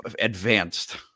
Advanced